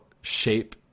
shape